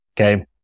Okay